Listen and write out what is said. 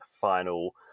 final